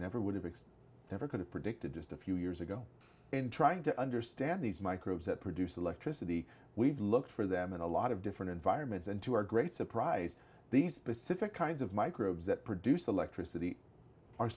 never would have fixed never could have predicted just a few years ago in trying to understand these microbes that produce electricity we've looked for them in a lot of different environments and to our great surprise these specific kinds of microbes that produce electricity are